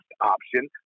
option